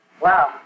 Wow